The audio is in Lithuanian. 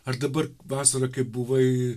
ar dabar vasarą kai buvai